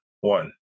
One